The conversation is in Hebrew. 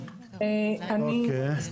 אני לא